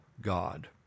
God